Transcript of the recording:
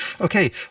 Okay